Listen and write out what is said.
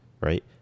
right